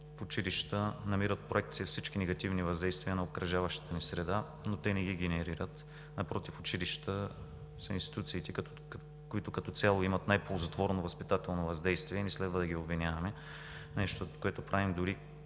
в училища намират проекция всички негативни въздействия на обкръжаващата ни среда, но те не ги генерират, напротив, училищата са институции, които като цяло имат най ползотворно възпитателно въздействие и не следва да ги обвиняваме, нещо, което правим дори